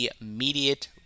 immediate